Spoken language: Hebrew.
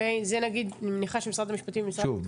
אני מניחה שמשרד המשפטים --- שוב,